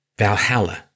Valhalla